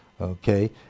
okay